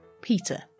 Peter